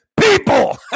people